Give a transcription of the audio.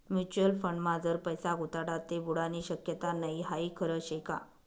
Mutual फंडमा जर पैसा गुताडात ते बुडानी शक्यता नै हाई खरं शेका?